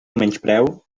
menyspreu